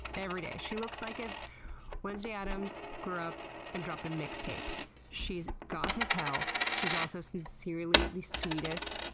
every day. she looks like if wednesday addams grew up and dropped a mixtape. she's goth as hell. she's also sincerely the sweetest,